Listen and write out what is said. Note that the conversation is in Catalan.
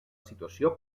situació